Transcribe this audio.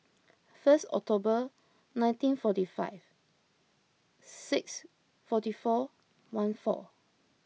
first October nineteen forty five six forty four one four